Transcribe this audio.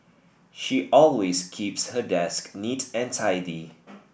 she always keeps her desk neat and tidy